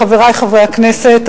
חברי חברי הכנסת,